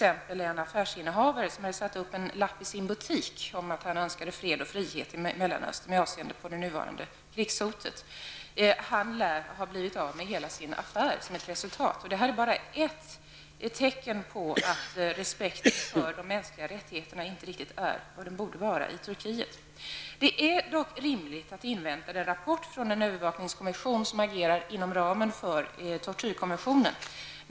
En affärsinnehavare hade satt upp en lapp i sin butik om att han önskade fred och frihet i Mellanöstern med anledning av det nuvarande krigshotet. Han lär som ett resultat ha blivit av med sin affär. Detta är bara ett tecken på att respekten för de mänskliga rättigheterna inte riktigt är vad den borde vara i Turkiet. Det är dock rimligt att invänta den rapport från en övervakningskommission som agerar inom ramen för tortyrkommissionen.